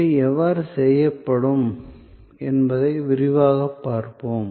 இவை எவ்வாறு செய்யப்படும் என்பதை விரிவாகப் பார்ப்போம்